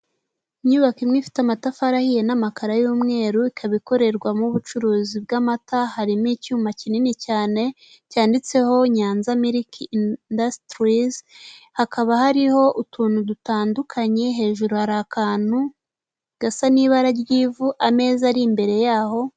Inyubako imwe ifite amatafari ahiye n'amakaro y'umweru, ikaba ikorerwamo ubucuruzi bw'amata harimo icyuma kinini cyane cyanditseho nyanza milk industries, hakaba hariho utuntu dutandukanye hejuru hari akantu gasa n'ibara ry'ivu ameza ari imbere yaho